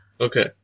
Okay